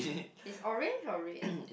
is orange or red